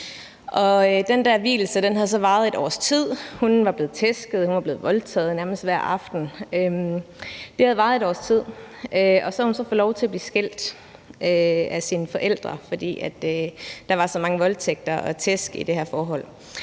ægteskab havde så varet et års tid. Hun var blevet tæsket; hun var blevet voldtaget nærmest hver aften. Det havde varet et års tid, og så havde hun fået lov til at blive skilt af sine forældre, fordi der var så mange voldtægter og tæsk i det her forhold.